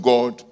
God